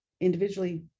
individually